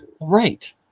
right